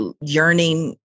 yearning